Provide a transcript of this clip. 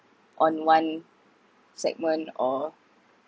on one segment or